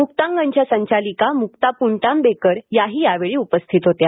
मुक्तांगणच्या संचालिका मुक्ता पूणतांबेकर याही यावेळी उपस्थित होत्या